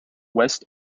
west